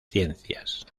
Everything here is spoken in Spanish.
ciencias